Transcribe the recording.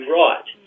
right